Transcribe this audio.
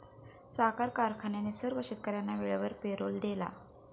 साखर कारखान्याने सर्व शेतकर्यांना वेळेवर पेरोल दिला